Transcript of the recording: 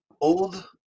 old